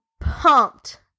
pumped